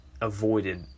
avoided